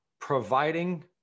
providing